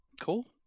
Cool